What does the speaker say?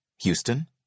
Houston